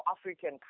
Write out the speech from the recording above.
African